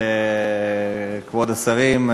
כבוד השרים,